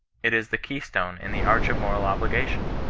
it is the keystone in the arch of moral obligation.